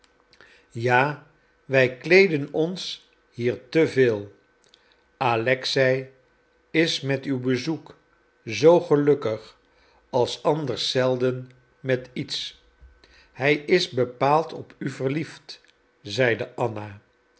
ja wij kleeden ons hier te veel alexei is met uw bezoek zoo gelukkig als anders zelden met iets hij is bepaald op u verliefd zeide anna